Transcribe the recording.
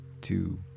two